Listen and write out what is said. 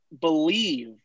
believe